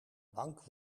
bank